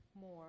more